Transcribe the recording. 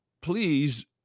please